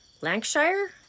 Lancashire